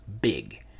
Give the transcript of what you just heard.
big